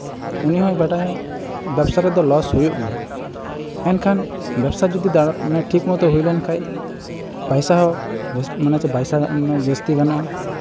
ᱩᱱᱤ ᱦᱚᱭ ᱵᱟᱰᱟᱭᱟ ᱵᱮᱵᱽᱥᱟ ᱨᱮᱫᱚ ᱞᱚᱥ ᱦᱩᱭᱩᱜ ᱜᱮᱭᱟ ᱮᱱᱠᱷᱟᱱ ᱵᱮᱵᱽᱥᱟ ᱡᱚᱫᱤ ᱴᱷᱤᱠ ᱢᱚᱛᱚ ᱦᱩᱭ ᱞᱮᱱᱠᱷᱟᱡ ᱯᱚᱭᱥᱟ ᱦᱚᱸ ᱢᱟᱱᱮ ᱪᱮᱫ ᱯᱚᱭᱥᱟ ᱡᱟᱹᱥᱛᱤ ᱜᱟᱱᱚᱜᱼᱟ